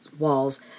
Walls